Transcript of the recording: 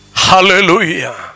Hallelujah